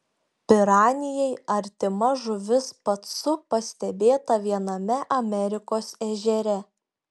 piranijai artima žuvis pacu pastebėta viename amerikos ežere